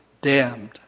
damned